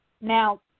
now